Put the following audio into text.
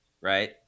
right